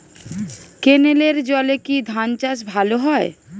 ক্যেনেলের জলে কি ধানচাষ ভালো হয়?